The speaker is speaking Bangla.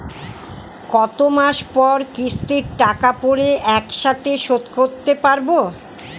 কত মাস পর কিস্তির টাকা পড়ে একসাথে শোধ করতে পারবো?